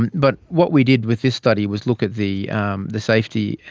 and but what we did with this study was look at the um the safety,